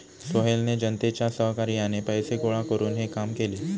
सोहेलने जनतेच्या सहकार्याने पैसे गोळा करून हे काम केले